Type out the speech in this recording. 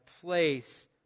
place